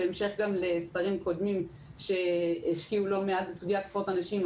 בהמשך לשרים קודמים שגם השקיעו לא מעט בספורט הנשים.